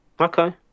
okay